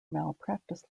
malpractice